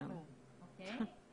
אוקיי.